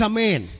Amen